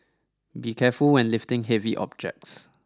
be careful when lifting heavy objects